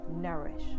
nourish